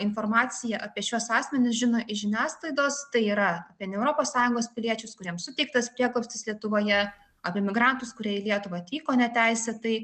informaciją apie šiuos asmenis žino iš žiniasklaidos tai yra apie ne europos sąjungos piliečius kuriems suteiktas prieglobstis lietuvoje apie migrantus kurie į lietuvą atvyko neteisėtai